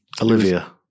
Olivia